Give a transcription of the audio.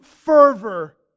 fervor